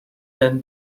than